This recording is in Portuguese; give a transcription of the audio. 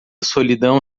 solidão